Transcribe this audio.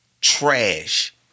trash